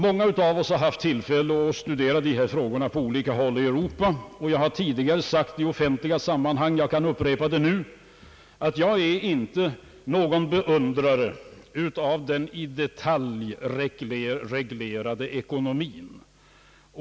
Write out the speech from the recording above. Många av oss har haft tillfälle att studera dessa frågor på olika håll i Europa. Jag har tidigare sagt i offentliga sammanhang — jag kan upprepa det nu — att jag inte är någon beundrare av den i detalj reglerade ekonomin.